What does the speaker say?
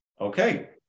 okay